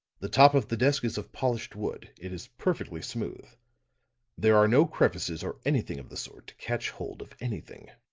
the top of the desk is of polished wood it is perfectly smooth there are no crevices or anything of the sort to catch hold of anything.